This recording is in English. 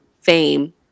fame